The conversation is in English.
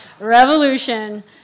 revolution